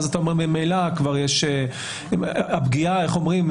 ואז אתה אומר ממילא כבר הפגיעה איך אומרים?